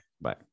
Bye